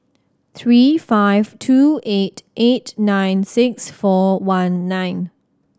three five two eight eight nine six four one nine